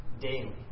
daily